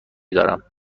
دارم